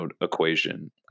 equation